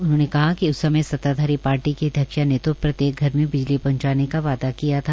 उन्होंने कहा कि उस समय सत्ताधारी पार्टी की अध्यक्षा ने तो प्रत्येक घर में बिजली पहंचाने का वादा किया था